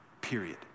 period